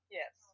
yes